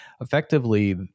effectively